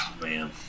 man